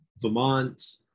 vermont